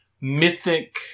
mythic